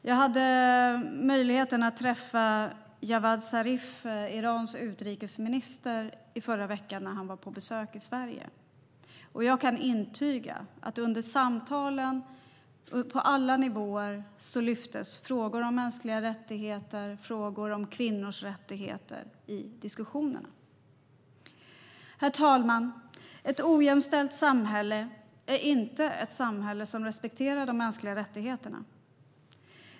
Jag hade möjligheten att träffa Javad Zarif, Irans utrikesminister, när han var på besök i Sverige förra veckan, och jag kan intyga att frågor om mänskliga rättigheter och kvinnors rättigheter lyftes fram i diskussionerna på alla nivåer under samtalen. Herr talman! Ett ojämställt samhälle är inte ett samhälle som respekterar de mänskliga rättigheterna.